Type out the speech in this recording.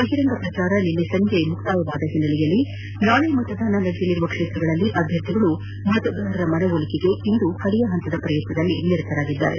ಬಹಿರಂಗ ಪ್ರಚಾರ ನಿನ್ನೆ ಸಂಜೆ ಮುಕ್ತಾಯವಾದ ಹಿನ್ನೆಲೆಯಲ್ಲಿ ನಾಳೆ ಮತದಾನ ನಡೆಯಲಿರುವ ಕ್ಷೇತ್ರಗಳಲ್ಲಿ ಅಭ್ಯರ್ಥಿಗಳು ಮತದಾರರ ಮನವೊಲಿಕೆಗೆ ಇಂದು ಕಡೆಯ ಹಂತದ ಪ್ರಯತ್ನದಲ್ಲಿ ನಿರತರಾಗಿದ್ದಾರೆ